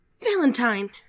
Valentine